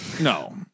No